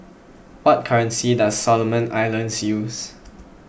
what currency does Solomon Islands use